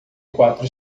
quatro